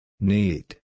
Need